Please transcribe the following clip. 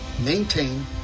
maintain